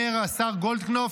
אומר השר גולדקנופ,